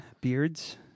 Beards